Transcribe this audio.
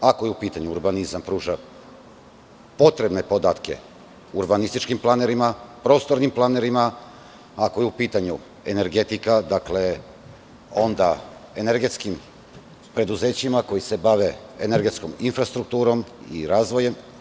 Ako je u pitanju urbanizam, pruža potrebne podatke urbanističkim planerima, prostornim planerima, ako je u pitanju energetika, onda energetskim preduzećima koja se bave energetskom infrastrukturom i razvojem.